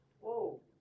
Whoa